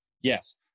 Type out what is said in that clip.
Yes